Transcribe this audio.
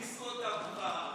תכניסו אותם כבר.